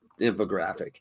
infographic